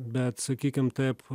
bet sakykim taip